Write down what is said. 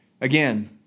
Again